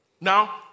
Now